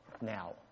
Now